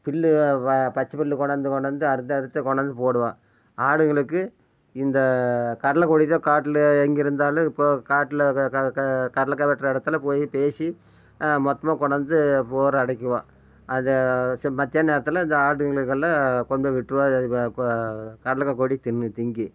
புல்லு வா பச்ச புல்லு கொண்டாந்து கொண்டாந்து அறுத்து அறுத்து கொண்டாந்து போடுவோம் ஆடுகளுக்கு இந்த கடலைகொடிதான் காட்டில எங்கிருந்தாலும் போ காட்டில கடலைக்கா வெட்டுற இடத்துல போய் பேசி மொத்தமாக கொண்டாந்து போர் அடைக்குவோம் அதை செம் மத்தியான நேரத்தில் இந்த ஆடுங்களுக்கெல்லாம் கொண்டு போய் விட்டிருவோம் கடலக்காய் கொடி தின்னு திங்கி